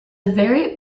very